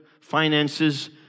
finances